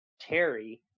terry